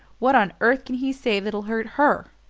what on earth can he say that'll hurt her?